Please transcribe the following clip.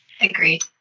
Agreed